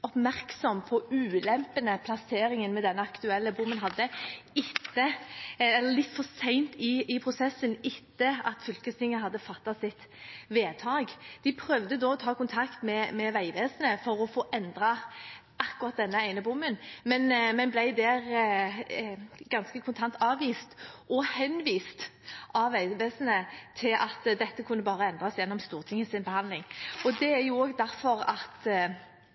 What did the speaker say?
oppmerksom på ulempene ved plasseringen til den aktuelle bommen litt for sent i prosessen, etter at fylkestinget hadde fattet sitt vedtak. De prøvde da å ta kontakt med Vegvesenet for å få endret akkurat denne ene bommen, men ble der ganske kontant avvist med henvisning til at dette kunne bare endres gjennom Stortingets behandling. Det er